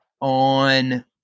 on